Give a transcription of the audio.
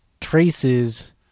traces